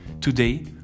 Today